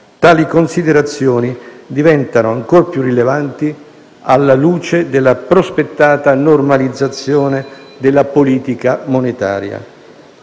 Tali considerazioni diventano ancor più rilevanti alla luce della prospettata normalizzazione della politica monetaria.